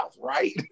right